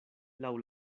laŭ